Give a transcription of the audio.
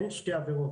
אין שתי עבירות.